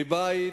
מבית,